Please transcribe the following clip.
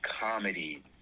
comedy